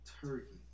Turkey